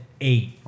eight